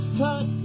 cut